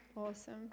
awesome